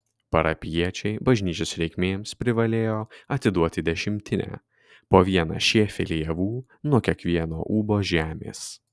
parapijiečiai bažnyčios reikmėms privalėjo atiduoti dešimtinę po vieną šėfelį javų nuo kiekvieno ūbo žemės